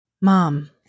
mom